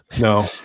No